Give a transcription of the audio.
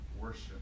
worship